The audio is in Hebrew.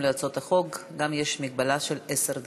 על הצעות החוק יש מגבלה של עשר דקות.